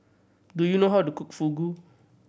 do you know how to cook Fugu